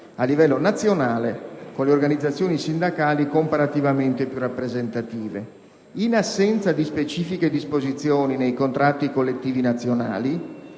a livello nazionale con le organizzazioni sindacali comparativamente più rappresentative. In assenza di specifiche disposizioni nei contratti collettivi nazionali,